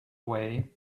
way